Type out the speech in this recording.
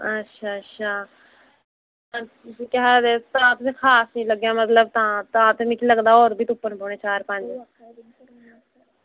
अच्छा अच्छा ते ताप खास निं लग्गे तां ते होर मिगी लगदा होर बी तुप्पने लग्गने चार पंज